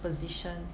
position to secure the